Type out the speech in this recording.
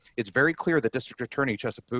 it's very clear that district attorney chester.